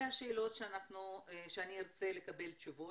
אלה השאלות שאני ארצה לקבל תשובות.